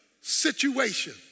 situation